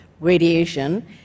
radiation